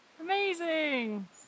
Amazing